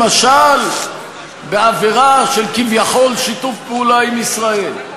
למשל בעבירה של כביכול שיתוף פעולה עם ישראל,